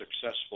successful